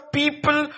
people